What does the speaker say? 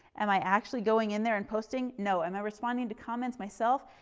am i actually going in there and posting? no. am i responding to comments myself?